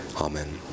Amen